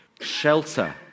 shelter